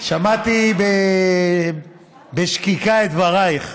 שמעתי בשקיקה את דברייך,